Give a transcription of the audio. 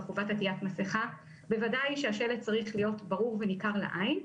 חובת עטיית מסכה בוודאי שהשלט צריך להיות ברור וניכר לעין,